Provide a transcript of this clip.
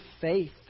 faith